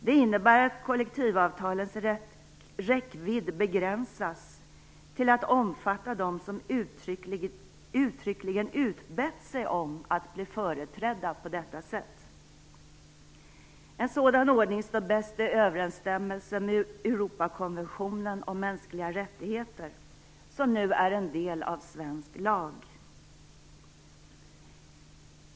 Det innebär att kollektivavtalens räckvidd begränsas till att omfatta dem som uttryckligen utbett sig om att bli företrädda på detta sätt. En sådan ordning står bäst i överensstämmelse med Europakonventionen om mänskliga rättigheter, som nu är en del av svensk lag.